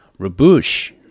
Rabouche